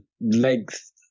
length